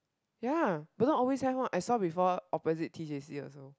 ya Bedok always have one I saw before opposite T C C also